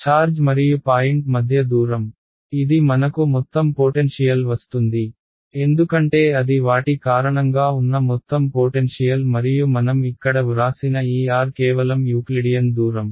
charge మరియు point మధ్య దూరం ఇది మనకు మొత్తం పోటెన్షియల్ వస్తుంది ఎందుకంటే అది వాటి కారణంగా ఉన్న మొత్తం పోటెన్షియల్ మరియు మనం ఇక్కడ వ్రాసిన ఈ R కేవలం యూక్లిడియన్ దూరం